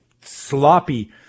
sloppy